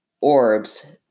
orbs